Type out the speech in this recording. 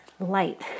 Light